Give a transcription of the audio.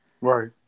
Right